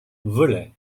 volait